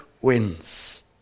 wins